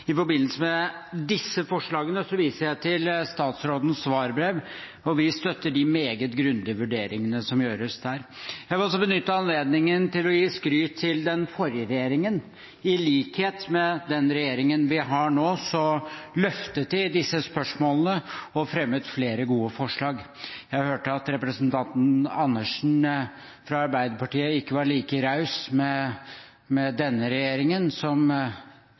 I forbindelse med disse forslagene viser jeg til statsrådens svarbrev, og vi støtter de meget grundige vurderingene som gjøres der. Jeg vil også benytte anledningen til å gi skryt til den forrige regjeringen. I likhet med den regjeringen vi har nå, løftet den disse spørsmålene og fremmet flere gode forslag. Jeg hørte at representanten Andersen fra Arbeiderpartiet ikke var like raus med denne regjeringen som